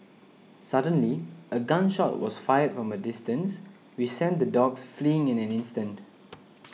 suddenly a gun shot was fired from a distance which sent the dogs fleeing in an instant